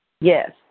Yes